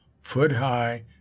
foot-high